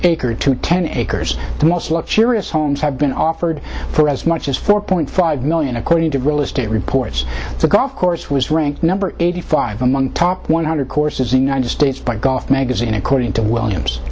acre to ten acres the most look serious homes have been offered for as much as four point five million according to real estate reports the golf course was ranked number eighty five among top one hundred courses in united states by golf magazine according to williams